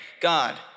God